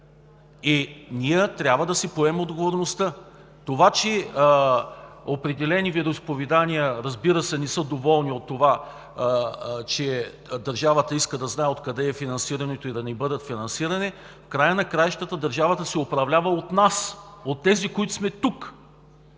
Ние трябва да си поемем отговорността. Това че определени вероизповедания не са доволни от това, че държавата иска да знае откъде е финансирането и да не бъдат финансирани, в края на краищата, държавата се управлява от нас, от тези, които сме тук,